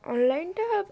অনলাইনটা হবে